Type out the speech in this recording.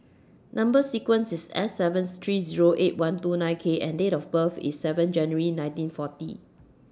Number sequence IS S seven three Zero eight one two nine K and Date of birth IS seven January nineteen forty